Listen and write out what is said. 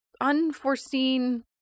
unforeseen